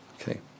okay